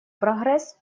прогресс